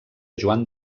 joan